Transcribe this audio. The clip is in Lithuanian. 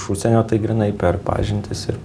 iš užsienio tai grynai per pažintis ir per